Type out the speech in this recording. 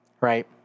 right